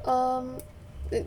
um